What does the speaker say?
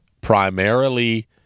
primarily